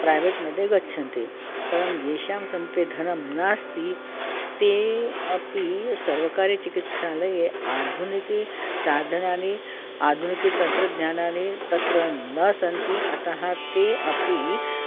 private मध्ये गच्छन्ति परं येषां समीपे धनं नास्ति ते अपि सर्वकारीयचिकित्सालये आधुनिकसाधनानि आधुनिकतन्त्रज्ञानानि तत्र न सन्ति अतः ते अपि